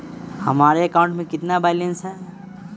हमारे अकाउंट में कितना बैलेंस है?